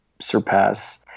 surpass